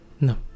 No